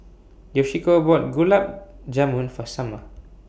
Yoshiko bought Gulab Jamun For Summer